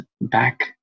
back